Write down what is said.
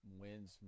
wins